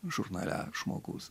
žurnale žmogus